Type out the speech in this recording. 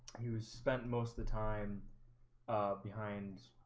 who spent most the time behind